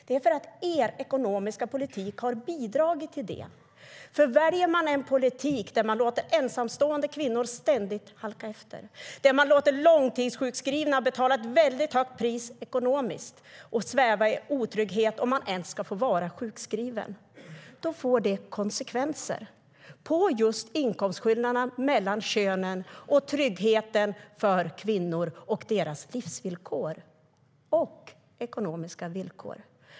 Det är för att er ekonomiska politik har bidragit till det, för väljer man en politik som låter ensamstående kvinnor ständigt halka efter och låter långtidssjukskrivna betala ett väldigt högt pris ekonomiskt och sväva i otrygghet om man ens ska få vara sjukskriven, då får det konsekvenser för just inkomstskillnaderna mellan könen, tryggheten för kvinnor, deras livsvillkor och ekonomiska villkor.